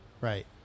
right